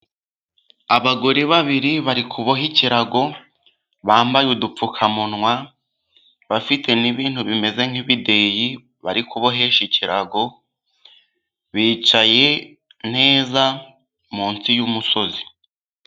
Abagore babiri barikuboha ikirago, bambaye udupfukamunwa ,bafite n'ibintu bimeze nk'ibideyi bari kubohesha ikirago bicaye neza munsi y' umusozi.